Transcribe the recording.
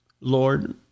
Lord